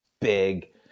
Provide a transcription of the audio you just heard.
big